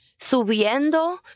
subiendo